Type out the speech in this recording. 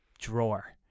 drawer